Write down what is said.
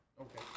Okay